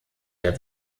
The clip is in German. der